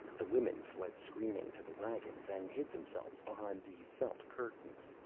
the women fled screaming to the waggons, and hid themselves behind the felt curtains.